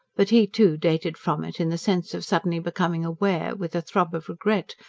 but he, too, dated from it in the sense of suddenly becoming aware, with a throb of regret,